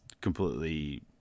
completely